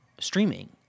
streaming